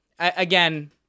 Again